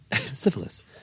Syphilis